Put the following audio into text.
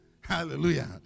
Hallelujah